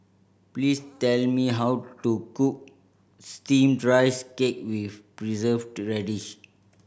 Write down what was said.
please tell me how to cook Steamed Rice Cake with Preserved Radish